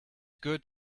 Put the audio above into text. good